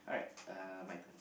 alright uh my turn